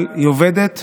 אבל היא עובדת